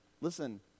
Listen